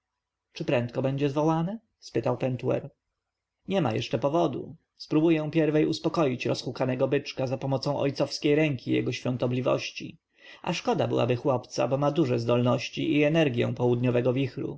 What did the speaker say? czy prędko będzie zwołane spytał pentuer niema jeszcze powodu spróbuję pierwej uspokoić rozhukanego byczka zapomocą ojcowskiej ręki jego świątobliwości a szkoda byłaby chłopca bo ma duże zdolności i energję południowego